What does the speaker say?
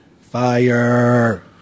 Fire